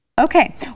Okay